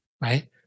right